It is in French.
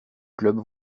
club